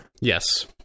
Yes